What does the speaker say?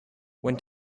when